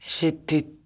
J'étais